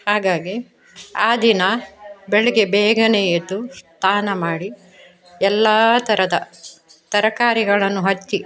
ಹಾಗಾಗಿ ಆ ದಿನ ಬೆಳಗ್ಗೆ ಬೇಗನೇ ಎದ್ದು ಸ್ನಾನ ಮಾಡಿ ಎಲ್ಲ ಥರದ ತರಕಾರಿಗಳನ್ನು ಹಚ್ಚಿ